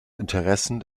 interessen